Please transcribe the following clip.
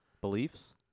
Beliefs